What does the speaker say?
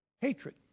hatred